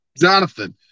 Jonathan